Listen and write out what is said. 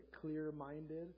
clear-minded